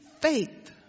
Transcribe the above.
faith